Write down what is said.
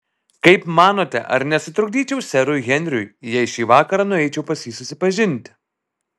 kaip manote ar nesutrukdyčiau serui henriui jei šį vakarą nueičiau pas jį susipažinti